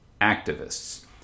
activists